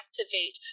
activate